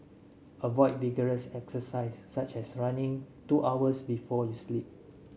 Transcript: avoid vigorous exercise such as running two hours before you sleep